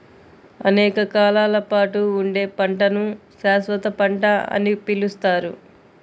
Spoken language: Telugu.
అనేక కాలాల పాటు ఉండే పంటను శాశ్వత పంట అని పిలుస్తారు